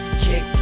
kick